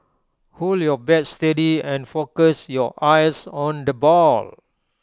hold your bat steady and focus your eyes on the ball